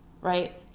right